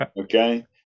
okay